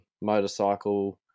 motorcycle